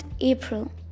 April